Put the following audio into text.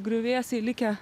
griuvėsiai likę